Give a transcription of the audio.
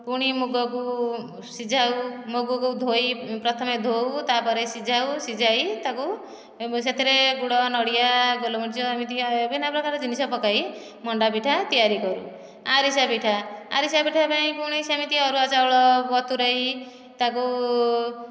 ପୁଣି ମୁଗକୁ ସିଝାଉ ମୁଗକୁ ଧୋଇ ପ୍ରଥମେ ଧୋଉ ତା'ପରେ ସିଝାଉ ସିଝାଇ ତାକୁ ଏବଂ ସେଥିରେ ଗୁଡ଼ ନଡ଼ିଆ ଗୋଲମରିଚ ଏମିତିକା ବିଭିନ୍ନ ପ୍ରକାର ଜିନିଷ ପକାଇ ମଣ୍ଡାପିଠା ତିଆରି କରୁ ଆରିସା ପିଠା ଆରିସା ପିଠା ପାଇଁ ପୁଣି ସେମିତି ଅରୁଆ ଚାଉଳ ବତୁରାଇ ତାକୁ